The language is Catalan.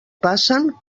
passen